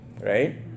right